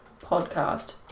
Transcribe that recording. podcast